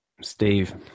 Steve